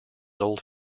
old